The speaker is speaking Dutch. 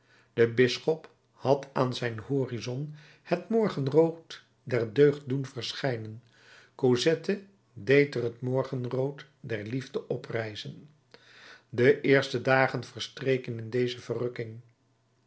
de bisschop had aan zijn horizon het morgenrood der deugd doen verschijnen cosette deed er het morgenrood der liefde oprijzen de eerste dagen verstreken in deze verrukking